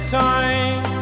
time